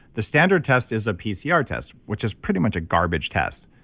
the standard test is a pcr test which is pretty much a garbage test.